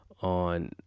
on